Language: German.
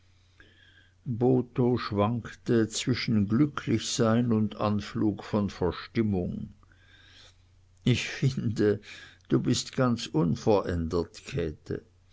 botho schwankte zwischen glücklichsein und anflug von verstimmung ich finde du bist ganz unverändert käthe